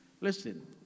Listen